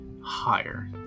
higher